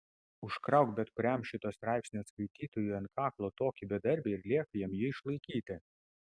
užkrauk bet kuriam šito straipsnio skaitytojui ant kaklo tokį bedarbį ir liepk jam jį išlaikyti